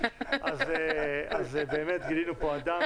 אז באמת גילינו פה אדם